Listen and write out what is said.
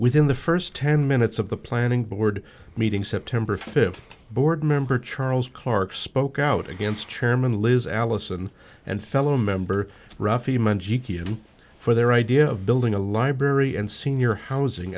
within the first ten minutes of the planning board meeting september fifth board member charles clarke spoke out against chairman liz allison and fellow member rafi monday kian for their idea of building a library and senior housing